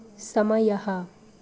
समयः